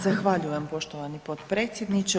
Zahvaljujem poštovani potpredsjedniče.